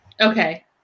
Okay